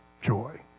joy